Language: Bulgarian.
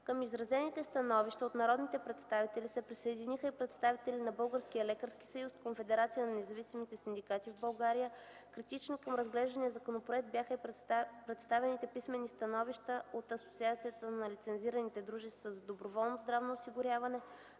Към изразените становища от народните представители се присъединиха и представителите на Българския лекарски съюз и Конфедерацията на независимите синдикати в България. Критични към разглеждания законопроект бяха и представените писмени становища от Асоциацията на лицензираните дружества за доброволно здравно осигуряване,